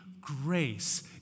grace